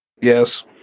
Yes